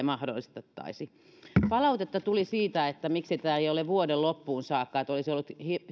mahdollistettaisi palautetta tuli siitä miksi tämä ei ole vuoden loppuun saakka että olisi ollut